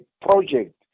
project